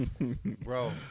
Bro